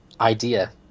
idea